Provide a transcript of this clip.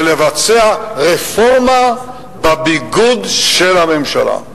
ולבצע רפורמה בביגוד של הממשלה,